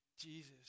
Jesus